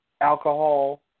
alcohol